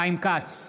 אינו נוכח ישראל כץ,